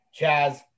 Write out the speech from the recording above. Chaz